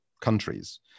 countries